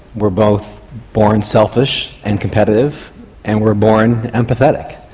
we're both born selfish and competitive and we're born empathetic.